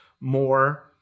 more